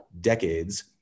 decades